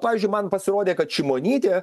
pavyzdžiui man pasirodė kad šimonytė